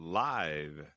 live